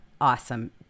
awesome